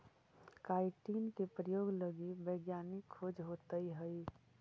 chitin के प्रयोग लगी वैज्ञानिक खोज होइत हई